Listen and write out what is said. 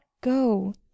go